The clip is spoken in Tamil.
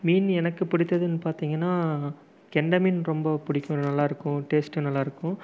மீன் எனக்கு பிடித்ததுனு பார்த்திங்கன்னா கெண்டை மீன் ரொம்ப பிடிக்கும் நல்லாயிருக்கும் டேஸ்ட் நல்லாயிருக்கும்